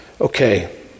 Okay